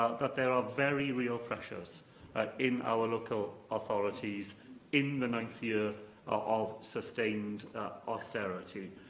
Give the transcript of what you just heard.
that there are very real pressures ah in our local authorities in the ninth year of sustained austerity.